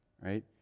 right